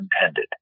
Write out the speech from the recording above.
intended